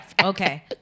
okay